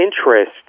interest